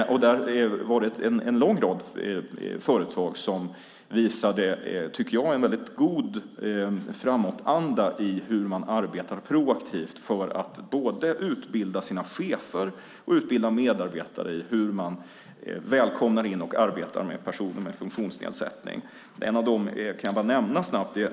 Där var det en lång rad företag som visade, tycker jag, en god framåtanda i hur man kan arbeta proaktivt för att utbilda både sina chefer och medarbetare i att välkomna och arbeta med personer med funktionsnedsättning. En av dem kan jag nämna snabbt.